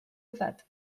yfed